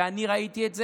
ואני ראיתי את זה,